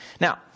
now